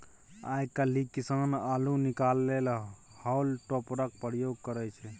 आइ काल्हि किसान अल्लु निकालै लेल हॉल टॉपरक प्रयोग करय छै